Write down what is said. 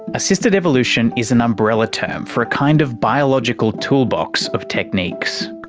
assisted evolution is an umbrella term for a kind of biological toolbox of techniques.